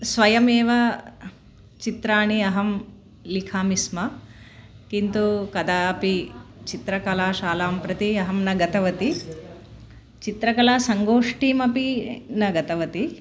स्वयमेव चित्राणि अहं लिखामि स्म किन्तु कदापि चित्रकला शालां प्रति अहं न गतवती चित्रकला सङ्गोष्ठीमपि न गतवती